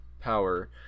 power